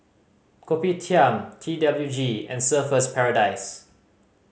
Kopitiam T W G and Surfer's Paradise